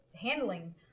handling